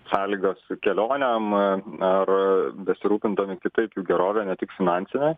sąlygas kelionėm ar besirūpindami kitaip jų gerove ne tik finansine